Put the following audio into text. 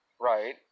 Right